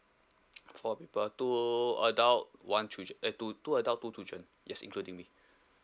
four people two adult one chil~ eh two two adult two children yes including me